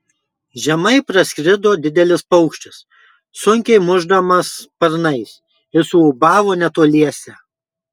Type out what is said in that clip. žemai praskrido didelis paukštis sunkiai mušdamas sparnais ir suūbavo netoliese